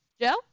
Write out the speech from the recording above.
Joe